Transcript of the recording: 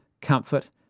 comfort